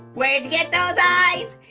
where'd you get those eyes